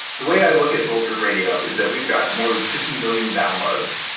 the way i look at bulletproof radio, is that we've got more than fifty million downloads.